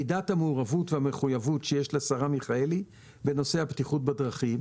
מידת המעורבות והמחויבות שיש לשרה מיכאלי בנושא הבטיחות בדרכים,